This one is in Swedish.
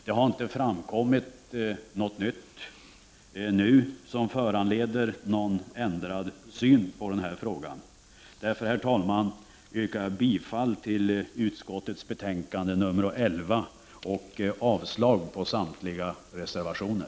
Det har nu inte framkommit något nytt som kan föranleda en ändrad syn på den saken. Därför, herr talman, yrkar jag bifall till utskottets hemställan i betänkande 11 och avslag på samtliga reservationer.